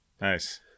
Nice